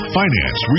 finance